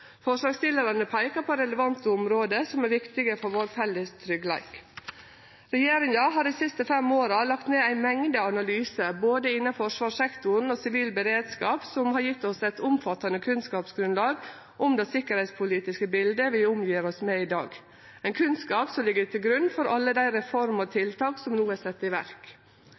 Forslagsstillarane peikar på relevante område som er viktige for vår fellessikkerheit. Regjeringa har dei siste fem åra laga ei mengd analysar, innanfor både forsvarssektoren og sivilt beredskap, som har gjeve oss eit omfattande kunnskapsgrunnlag om det sikkerheitspolitiske biletet vi omgjev oss med i dag, ein kunnskap som ligg til grunn for alle dei reformene og tiltaka som no er sette i verk.